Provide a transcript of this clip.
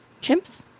Chimps